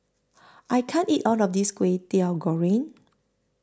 I can't eat All of This Kway Teow Goreng